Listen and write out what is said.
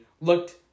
looked